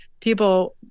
people